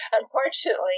Unfortunately